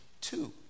two